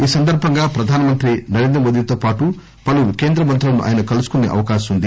ఈ సందర్భంగా స ప్రధానమంత్రి నరేంద్రమోదీతోపాటు పలువురు కేంద్ర మంత్రులను ఆయన కలుసుకుసే అవకాశం వుంది